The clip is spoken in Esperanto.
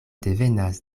devenas